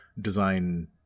design